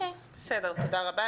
בסדר, תודה רבה.